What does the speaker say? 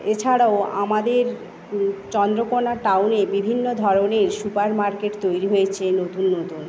এছাড়াও আমাদের চন্দ্রকোণা টাউনে বিভিন্ন ধরনের সুপার মার্কেট তৈরি হয়েছে নতুন নতুন